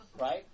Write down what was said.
Right